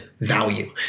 value